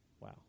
Wow